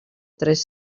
tres